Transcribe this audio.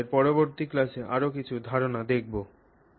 আমরা আমাদের পরবর্তী ক্লাসে আরও কিছু ধারণা দেখুন